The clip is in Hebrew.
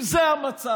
אם זה המצב,